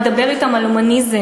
לדבר אתם על הומניזם,